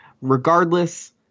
regardless